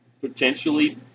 potentially